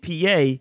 PA